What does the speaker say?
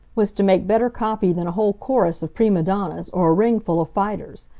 was to make better copy than a whole chorus of prima donnas, or a ring full of fighters.